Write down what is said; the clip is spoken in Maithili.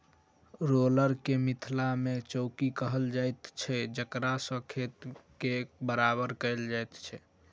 रोलर के मिथिला मे चौकी कहल जाइत छै जकरासँ खेत के बराबर कयल जाइत छै